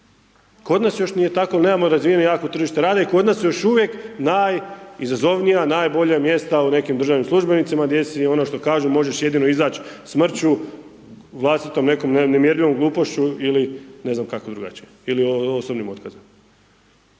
Kod nas još nije tako jel nemamo razvijeno jako tržište rada i kod nas su još uvijek najizazovnija, najbolja mjesta u nekim državnim službenicima gdje su ono što kažu možeš jedino izać smrću, vlastitom nekom nemjerljivom glupošću ili ne znam kako drugačije ili osobnim otkazom.